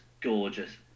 gorgeous